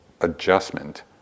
adjustment